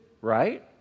Right